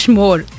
more